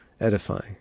edifying